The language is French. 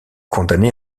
condamné